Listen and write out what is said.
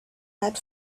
had